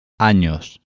AÑOS